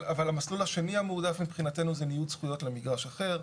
אבל המסלול השני המועדף מבחינתנו זה ניוד זכויות למגרש אחר.